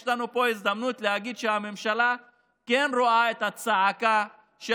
יש לנו פה הזדמנות להגיד שהממשלה כן רואה את הצעקה של